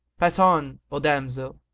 pass on, o damsel!